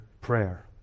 prayer